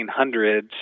1800s